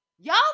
Y'all